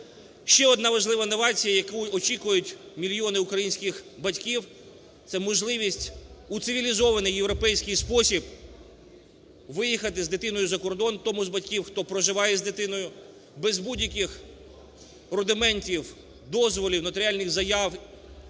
Ще одна важлива новація, яку очікують мільйони українських батьків, – це можливість у цивілізований європейський спосіб виїхати з дитиною за кордон тому з батьків, хто проживає з дитиною, без будь-яких рудиментів, дозволів, нотаріальних заяв,